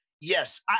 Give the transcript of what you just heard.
Yes